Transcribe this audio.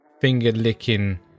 finger-licking